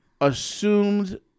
assumed